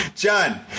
John